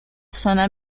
zona